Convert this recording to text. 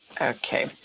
okay